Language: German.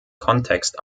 kontext